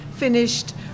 Finished